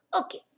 Okay